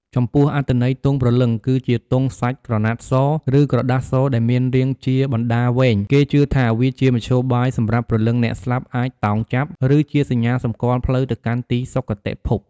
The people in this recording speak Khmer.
ចំពោះ អត្ថន័យទង់ព្រលឹង គឺជាទង់សាច់ក្រណាត់ស ឬក្រដាសសដែលមានរាងជាបដាវែង គេជឿថាវាជាមធ្យោបាយសម្រាប់ព្រលឹងអ្នកស្លាប់អាចតោងចាប់ ឬជាសញ្ញាសម្គាល់ផ្លូវទៅកាន់ទីសុគតិភព។